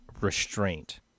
restraint